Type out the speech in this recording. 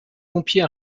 pompiers